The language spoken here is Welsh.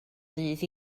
ddydd